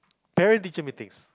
parent teacher meetings